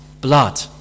blood